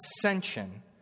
ascension